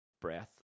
Breath